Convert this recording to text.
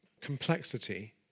complexity